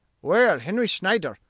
well, henry snyder,